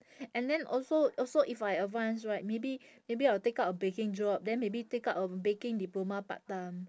and then also also if I advance right maybe maybe I will take up a baking job then maybe take up a baking diploma part time